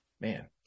man